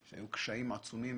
היו קשיים עצומים.